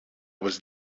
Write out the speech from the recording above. was